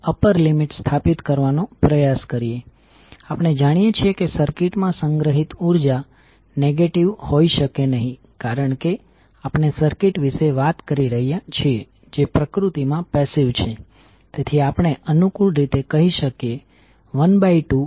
અહી સબસ્ક્રીપ્ટ 21 જે M21 માં લખેલા છે તે એવું દર્શાવે છે કે ઇન્ડકટન્સ કોઈલ 2 માં ઉત્પન્ન થયેલ વોલ્ટેજ ને સંબંધિત કરે છે તે કોઈલ 1 માં કરંટ ના પ્રવાહના કારણે છે